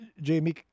jamie